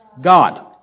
God